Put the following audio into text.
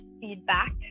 feedback